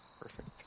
Perfect